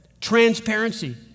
Transparency